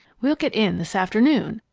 we'll get in this afternoon.